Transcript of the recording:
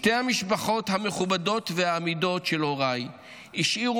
שתי המשפחות המכובדות והאמידות של הוריי השאירו